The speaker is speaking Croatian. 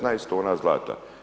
15 tona zlata.